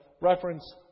reference